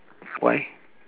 why